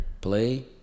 play